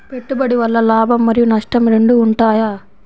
పెట్టుబడి వల్ల లాభం మరియు నష్టం రెండు ఉంటాయా?